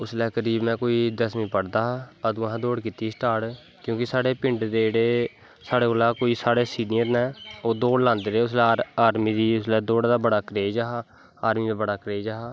उसलै करीव में कोई दसमी पढ़दा हा अदूं असैं दौड़ कीती ही स्टार्ट क्योंकि साढ़े पिंड दे साढ़ै कोला दा कोई साढ़े सिनियर नैं ओह् दौड़ लांदे हे उसलै आर्मी दी उसलै दौड़ै दा बड़ा क्रेज़ हा आर्मी दा बड़ा क्रेज़ हा